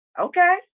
Okay